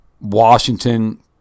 Washington